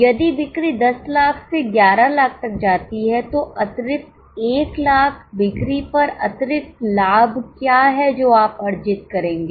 यदि बिक्री 10 लाख से 11 लाख तक जाती है तो अतिरिक्त 1 लाख बिक्री पर अतिरिक्त लाभ क्या है जो आप अर्जित करेंगे